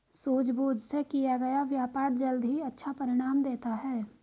सूझबूझ से किया गया व्यापार जल्द ही अच्छा परिणाम देता है